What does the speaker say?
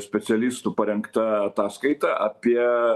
specialistų parengta ataskaita apie